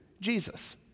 Jesus